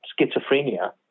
schizophrenia